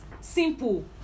Simple